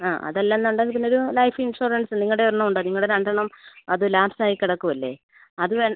ആ അതല്ല എന്നുണ്ടെങ്കിൽ പിന്നെ ഒരു ലൈഫ് ഇൻഷുറൻസ് നിങ്ങളുടെ ഒരെണ്ണം ഉണ്ട് നിങ്ങളുടെ രണ്ടെണ്ണം അത് ലാപ്സ് ആയി കിടക്കുവല്ലേ അത് വേ